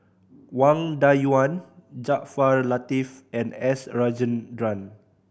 Wang Dayuan Jaafar Latiff and S Rajendran